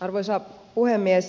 arvoisa puhemies